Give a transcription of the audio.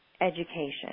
education